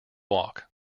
walk